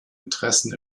interessen